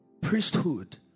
priesthood